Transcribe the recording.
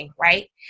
right